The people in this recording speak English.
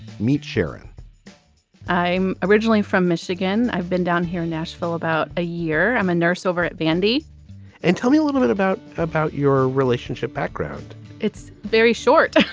meet sheran i'm originally from michigan. i've been down here in nashville about a year. i'm a nurse over at vandy and tell me a little bit about about your relationship background it's very short